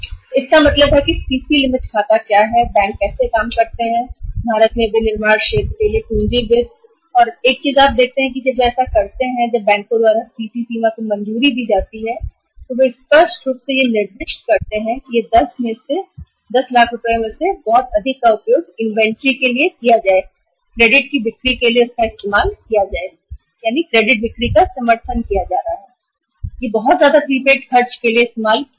तो आपने देखा कि सीसी लिमिट खाता क्या है भारत में बैंक निर्माण क्षेत्र की कार्यशील पूँजी वित्त कैसे प्रदान करते हैं और आप एक और चीज देखते हैं कि जब सीसी लिमिट बैंक द्वारा मंज़ूर की जाती है तो स्पष्ट रूप से बताते हैं कि इस 10 लाख रुपए में से कितना इन्वेंटरी के लिए इस्तेमाल होगा कितना उधार बिक्री के लिए या उसके समर्थन के लिए और कितना प्रीपेड खर्चों के लिए इस्तेमाल होगा